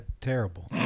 terrible